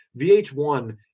vh1